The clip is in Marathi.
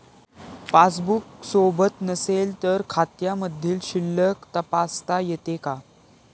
पासबूक सोबत नसेल तर खात्यामधील शिल्लक तपासता येते का?